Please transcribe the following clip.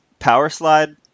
Powerslide